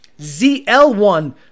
ZL1